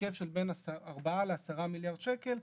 בהיקף של בין ארבעה לעשרה מיליארד שקלים,